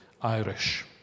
Irish